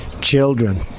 children